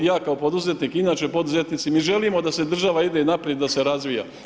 Ja kao poduzetnik inače poduzetnici, mi želimo da država ide naprijed i da se razvija.